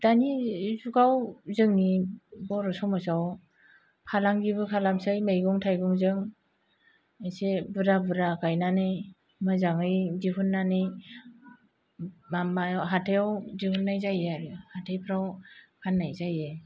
दानि जुगाव जोंनि बर' समाजाव फालांगिबो खालामसै मैगं थायगंजों एसे बुरजा बुरजा गायनानै मोजाङै दिहुननानै मा मा हाथायाव दिहुननाय जायो आरो हाथायफ्राव फाननाय जायो